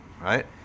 Right